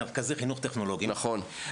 מרכזי חינוך טכנולוגיים --- נכון.